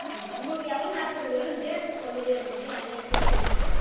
ம் உங்களுக்கு எவ்வளோ நேரத்துக்கு வேணும் டேட்டு சொல்லவே இல்லைங்கே என்றைக்கி எப்படின்னிட்டு